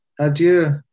Adieu